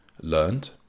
learned